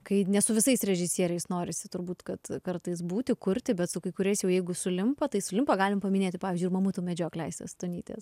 kai ne su visais režisieriais norisi turbūt kad kartais būti kurti bet su kai kuriais jau jeigu sulimpa tai sulimpa galim paminėti pavyzdžiui ir mamutų medžioklę aistės stonytės